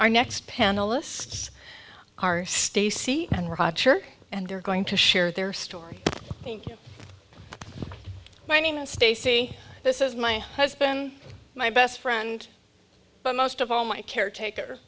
our next panelists are stacey and roger and they're going to share their story thank you my name stacy this is my husband my best friend but most of all my caretaker